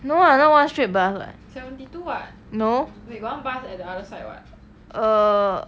no lah not one straight bus [what] no err